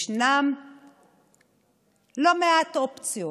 יש לא מעט אופציות